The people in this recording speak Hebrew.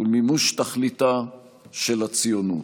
ולמימוש תכליתה של הציונות.